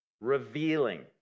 revealing